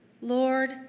Lord